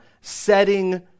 setting